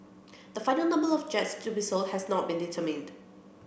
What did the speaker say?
the final number of jets to be sold has not been determined